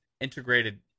integrated